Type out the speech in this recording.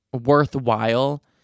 worthwhile